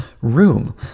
room